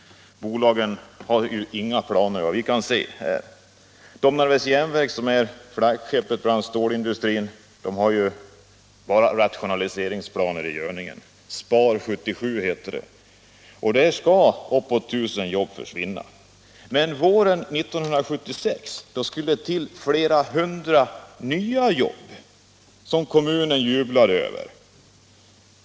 Bolagen har ju inga planer såvitt vi kan se. Domnarvets Jernverk, som är flaggskeppet inom stålindustrin, har bara rationaliseringsplaner i görningen — SPAR 77, heter det — och där skall =” 35 uppåt 1000 försvinna. Men våren 1976 skulle det till flera hundra nya jobb, som kommunen jublade över.